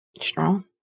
Strong